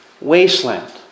wasteland